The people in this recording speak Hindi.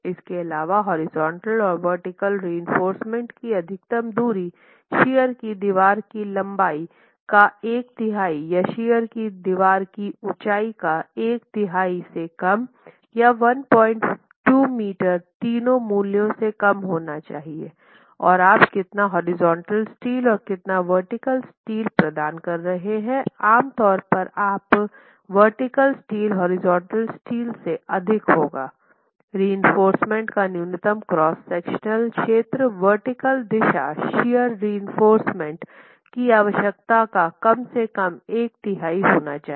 इसके अलावा हॉरिजॉन्टल और वर्टीकल रिइंफोर्समेन्ट की अधिकतम दूरी शियर की दीवार की लंबाई का एक तिहाई या शियर की दीवार की ऊंचाई का एक तिहाई से कम या 12 मीटर तीनो मूल्यों से कम होना चाहिए और आप कितना हॉरिजॉन्टल स्टील और कितना वर्टीकल स्टील प्रदान कर रहे हैं आमतौर पर आपका वर्टीकल स्टील हॉरिजॉन्टल स्टील से अधिक होगारिइंफोर्समेन्ट का न्यूनतम क्रॉस सेक्शनल क्षेत्र वर्टीकल दिशा शियर रिइंफोर्समेन्ट की आवश्यकता का कम से कम एक तिहाई होना चाहिए